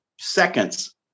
seconds